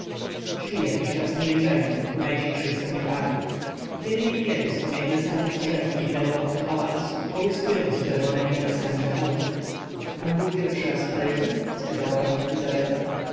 szli jakiś czas w milczeniu ku najdzikszej stronie parku kiedy niekiedy zpomiędzy starych drzew mignęło okno pałacu połyskujące czerwonemi blaskami zachodu pan był pierwszy raz w paryżu spytała panna izabela